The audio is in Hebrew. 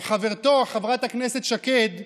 או חברתו, חברת הכנסת שקד,